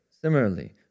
Similarly